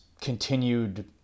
continued